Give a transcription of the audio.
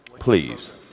please